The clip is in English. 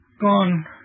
Gone